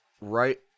right